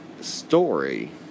story